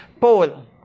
Paul